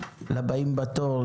לבאים בתור,